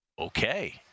okay